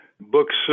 books